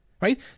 right